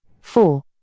Four